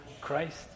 Christ